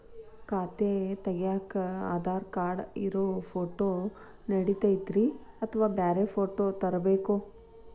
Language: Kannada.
ಖಾತೆ ತಗ್ಯಾಕ್ ಆಧಾರ್ ಕಾರ್ಡ್ ಇರೋ ಫೋಟೋ ನಡಿತೈತ್ರಿ ಅಥವಾ ಬ್ಯಾರೆ ಫೋಟೋ ತರಬೇಕೋ?